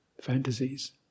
fantasies